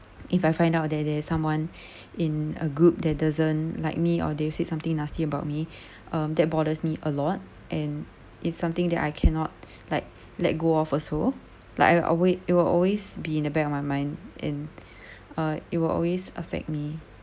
if I find out there there's someone in a group that doesn't like me or they said something nasty about me um that bothers me a lot and it's something that I cannot like let go off also like I alway~ it will always be in the back of my mind and uh it will always affect me